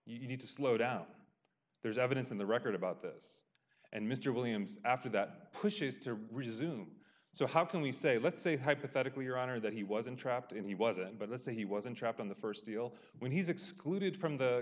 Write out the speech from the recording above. off you need to slow down there's evidence in the record about this and mr williams after that pushes to resume so how can we say let's say hypothetically your honor that he was entrapped and he wasn't but let's say he was entrapped in the st deal when he's excluded from the